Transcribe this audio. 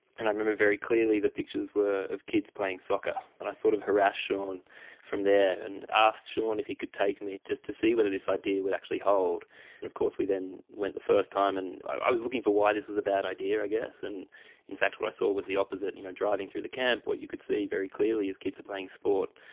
and i remember very clearly the pictures were of kids playing soccer, and i sort of harassed shaun from there and asked shaun if he could take me just to see whether this idea would actually hold. and of course we then went the first time and i was looking for why this was a bad idea i guess, and in fact what i saw was the opposite. you know driving through the camp what you could see very clearly is kids are playing sport,